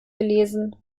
gelesen